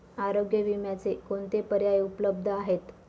आरोग्य विम्याचे कोणते पर्याय उपलब्ध आहेत?